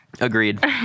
agreed